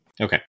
Okay